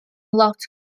lot